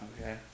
Okay